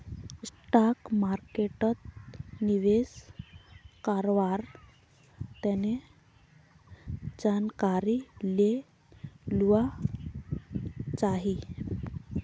stock मार्केटोत निवेश कारवार तने जानकारी ले लुआ चाछी